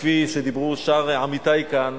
כפי שדיברו שאר עמיתי כאן,